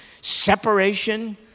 separation